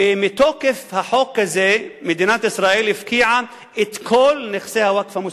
ומתוקף החוק הזה מדינת ישראל הפקיעה את כל נכסי הווקף המוסלמי.